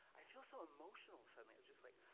i feel so emotional suddenly just like